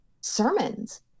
sermons